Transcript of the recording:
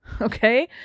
Okay